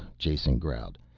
jason growled.